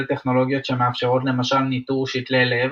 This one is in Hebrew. טכנולוגיות שמאפשרות למשל ניטור שתלי לב,